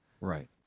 right